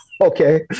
Okay